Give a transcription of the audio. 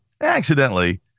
accidentally